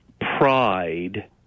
pride